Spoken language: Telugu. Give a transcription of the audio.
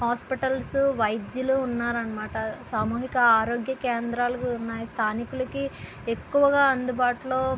హాస్పిటల్స్ వైద్యులు ఉన్నారన్నమాట సామూహిక ఆరోగ్య కేంద్రాలు ఉన్నాయి స్థానికులకు ఎక్కువగా అందుబాటులో